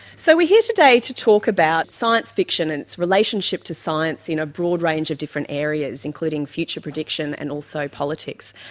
so we're here today to talk about science fiction and its relationship to science in a broad range of different areas, including future prediction and also politics.